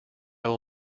will